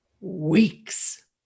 weeks